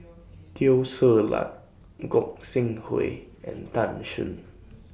Teo Ser Luck Gog Sing Hooi and Tan Shen